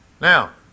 Now